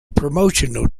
promotional